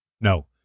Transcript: No